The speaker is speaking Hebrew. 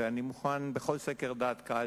ומוכן לבדוק זאת בכל סקר דעת קהל,